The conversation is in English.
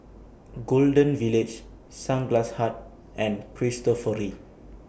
Golden Village Sunglass Hut and Cristofori